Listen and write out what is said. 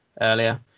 earlier